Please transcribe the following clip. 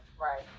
Right